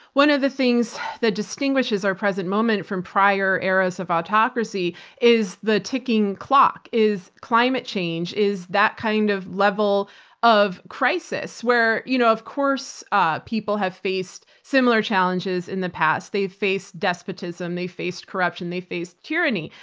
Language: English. one of the things that distinguishes our present moment from prior eras of autocracy is the ticking clock, is climate change, is that kind of level of crisis where you know of course people have faced similar challenges in the past. they've faced despotism, they faced corruption, they faced tyranny,